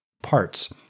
Parts